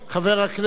חבר הכנסת מקלב,